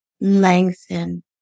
lengthen